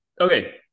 Okay